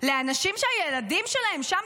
לאנשים שהילדים שלהם שם.